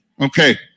Okay